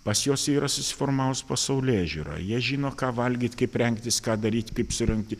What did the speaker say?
pas juos yra susiformavus pasaulėžiūra jie žino ką valgyt kaip rengtis ką daryt kaip surinkti